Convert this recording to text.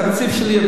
זה תקציב שלי.